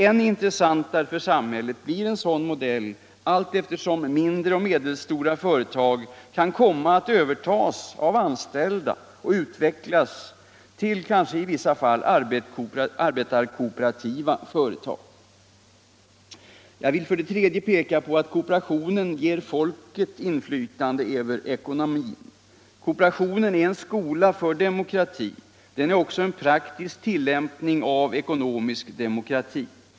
Än intressantare för samhället blir en sådan modell allteftersom mindre och medelstora företag kan komma att övertas av anställda och utvecklas till kanske i vissa fall arbetarkooperativa företag. Jag vill för det tredje peka på att kooperationen ger folket inflytande över ekonomin. Kooperationen är en skola för demokrati. Den är också en praktisk tillämpning av ekonomisk demokrati.